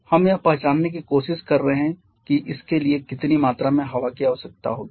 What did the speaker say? हम यह पहचानने की कोशिश कर रहे हैं कि इसके लिए कितनी मात्रा में हवा की आवश्यकता होगी